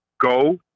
Go